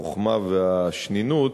החוכמה והשנינות